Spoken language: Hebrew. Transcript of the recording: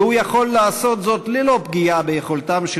והוא יכול לעשות זאת ללא פגיעה ביכולתם של